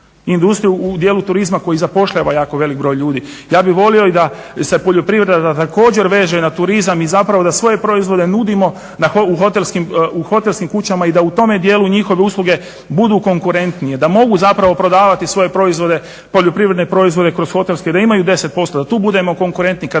u dijelu turizma koji zapošljava jako velik broj ljudi. Ja bih volio i da se poljoprivreda također veže na turizam i zapravo da svoje proizvode nudimo u hotelskim kućama i da u tome dijelu njihove usluge budu konkurentnije, da mogu zapravo prodavati svoje poljoprivredne proizvode kroz hotele i da imaju 10%, da tu budemo konkurentni.